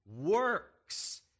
works